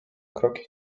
kroki